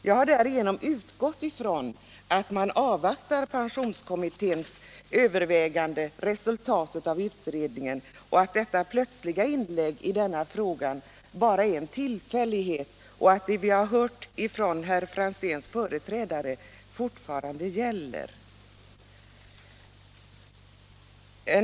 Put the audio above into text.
Jag har därför utgått ifrån att man avvaktar pensionskommitténs överväganden och resultat, att detta plötsliga inlägg i kväll bara är en tillfällighet och att det vi har hört från herr Franzéns företrädare fortfarande gäller.